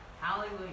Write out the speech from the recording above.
Hallelujah